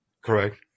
Correct